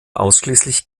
ausschließlich